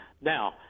Now